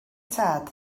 tad